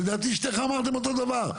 לדעתי שניכם אמרתם אותו דבר,